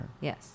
Yes